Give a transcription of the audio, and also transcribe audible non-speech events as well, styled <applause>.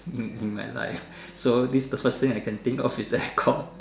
in in my life so this the first thing I can think of is aircon <laughs>